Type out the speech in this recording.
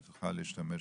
שהיא תוכל להשתמש